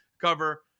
cover